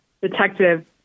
Detective